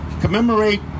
commemorate